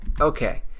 Okay